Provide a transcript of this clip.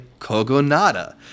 Kogonada